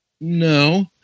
No